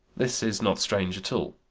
this is not strange at all.